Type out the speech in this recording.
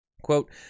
quote